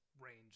range